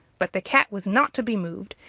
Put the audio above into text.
but the cat was not to be moved,